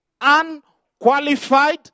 unqualified